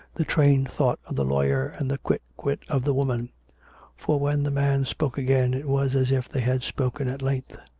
the trained thought of the lawyer and the quick wit of the woman for when the man spoke again, it was as if they had spoken at length.